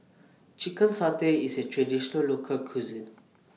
Chicken Satay IS A Traditional Local Cuisine